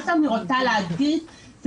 אני רוצה להדגיש,